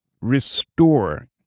restore